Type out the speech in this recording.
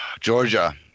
Georgia